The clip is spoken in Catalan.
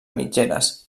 mitgeres